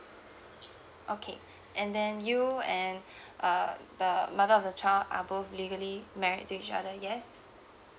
okay and then you and uh the mother of the child are both legally married to each other yes